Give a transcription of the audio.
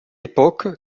époque